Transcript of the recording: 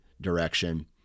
direction